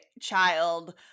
child